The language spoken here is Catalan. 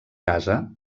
casa